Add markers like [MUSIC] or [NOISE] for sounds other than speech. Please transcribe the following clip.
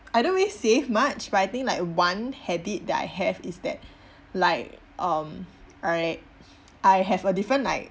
I don't really save much but I think like one habit that I have is that [BREATH] like um I I have a different like